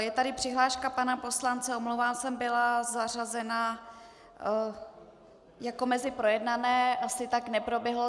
Je tady přihláška pana poslance, omlouvám se, byla zařazena jako mezi projednané, asi tak neproběhlo.